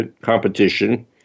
competition